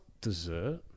dessert